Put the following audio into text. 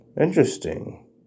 Interesting